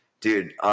Dude